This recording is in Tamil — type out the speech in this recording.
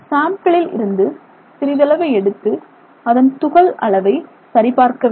சேம்பிலில் இருந்து சிறிதளவு எடுத்து அதன் துகள் அளவை சரி பார்க்க வேண்டும்